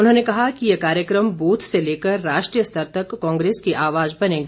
उन्होंने कहा कि ये कार्यक्रम ब्थ से लेकर राष्ट्रीय स्तर तक कांग्रेस की आवाज बनेगा